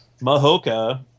Mahoka